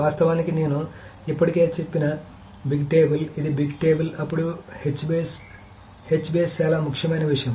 వాస్తవానికి నేను ఇప్పటికే చెప్పిన బిగ్ టేబుల్ ఇది బిగ్ టేబుల్ అప్పుడు H బేస్ H బేస్ చాలా ముఖ్యమైన విషయం